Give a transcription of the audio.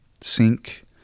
sink